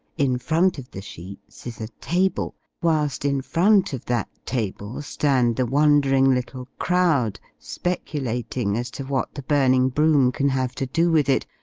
in front of the sheets is a table whilst in front of that table, stand the wondering little crowd, speculating as to what the burning broom can have to do with it,